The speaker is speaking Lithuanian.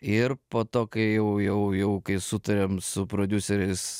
ir po to kai jau jau jau kai sutarėm su prodiuseriais